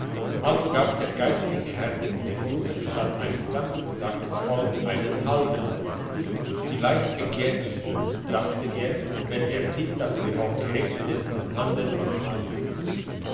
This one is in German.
also gab der geistliche herr dem juden statt eines ganzen sackes voll einen halben vielleicht bekehr ich ihn dachte er wenn er sieht dass wir auch gerecht sind in handel und wandel